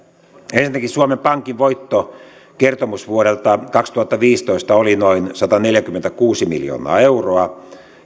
ensinnäkin suomen pankin voitto kertomusvuodelta kaksituhattaviisitoista oli noin sataneljäkymmentäkuusi miljoonaa euroa